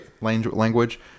language